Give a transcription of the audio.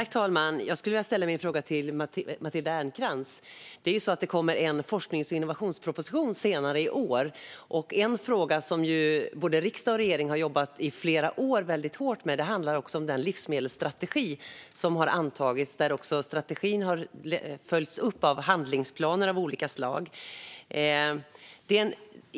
Fru talman! Jag skulle vilja ställa min fråga till Matilda Ernkrans. Det är ju så att det kommer en forsknings och innovationsproposition senare i år. En fråga som både riksdag och regering har jobbat väldigt hårt med i flera år handlar om den livsmedelsstrategi som har antagits. Strategin har också följts upp med handlingsplaner av olika slag.